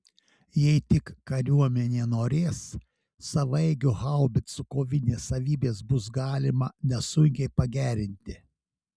jei tik kariuomenė norės savaeigių haubicų kovinės savybės bus galima nesunkiai pagerinti